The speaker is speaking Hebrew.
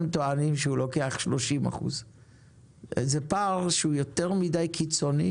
טוענים שהוא לוקח 30 אחוז וזה פער שהוא יותר מידי קיצוני